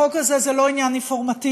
החוק הזה זה לא עניין אינפורמטיבי.